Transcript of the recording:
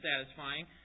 satisfying